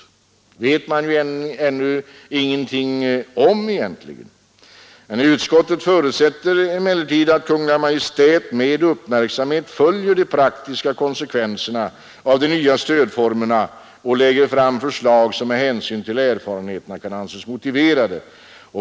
Det vet man ännu ingenting om, men utskottet förutsätter att Kungl. Maj:t med uppmärksamhet följer de praktiska konsekvenserna av de nya stödformerna och lägger fram förslag som med hänsyn till erfarenheterna kan anses motiverade.